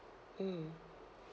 mm